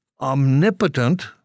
omnipotent